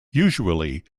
usually